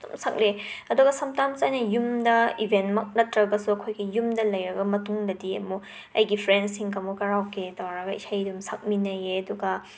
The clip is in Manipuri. ꯑꯗꯨꯝ ꯁꯛꯂꯛꯑꯦ ꯑꯗꯨꯒ ꯁꯝꯇꯥꯝꯁ ꯑꯩꯅ ꯌꯨꯝꯗ ꯏꯕꯦꯟꯃꯛ ꯅꯠꯇ꯭ꯔꯒꯁꯨ ꯑꯩꯈꯣꯏꯒꯤ ꯌꯨꯝꯗ ꯂꯩꯔꯕ ꯃꯇꯨꯡꯗꯗꯤ ꯑꯃꯨꯛ ꯑꯩꯒꯤ ꯐ꯭ꯔꯦꯟꯁꯤꯡꯒ ꯑꯃꯨꯛ ꯀꯔꯥꯎꯀꯦ ꯇꯧꯔꯒ ꯏꯁꯩ ꯑꯗꯨꯝ ꯁꯛꯃꯤꯟꯅꯩꯌꯦ ꯑꯗꯨꯒ